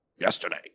yesterday